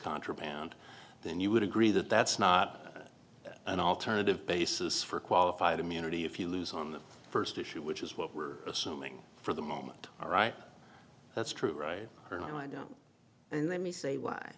contraband then you would agree that that's not an alternative basis for qualified immunity if you lose on the first issue which is what we're assuming for the moment all right that's true right and i don't and let me say why